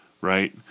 right